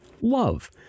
love